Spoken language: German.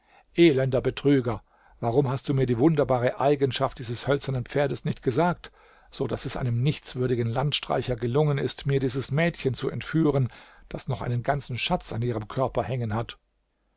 elender betrüger warum hast du mir die wunderbare eigenschaft dieses hölzernen pferdes nicht gesagt so daß es einem nichtswürdigen landstreicher gelungen ist mir dieses mädchen zu entführen das noch einen ganzen schatz an ihrem körper hängen hat